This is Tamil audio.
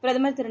பிரதமர் திரு